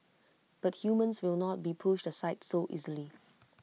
but humans will not be pushed aside so easily